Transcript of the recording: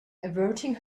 averting